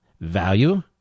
Value